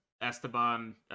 esteban